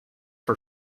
for